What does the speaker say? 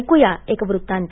ऐक्या एक वृत्तांत